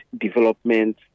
development